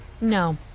No